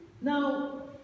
Now